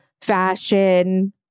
fashion